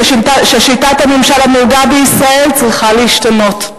ששיטת הממשל הנהוגה בישראל צריכה להשתנות.